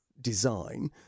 design